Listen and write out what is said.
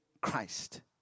Christ